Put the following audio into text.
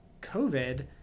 COVID